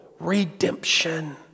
redemption